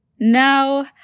Now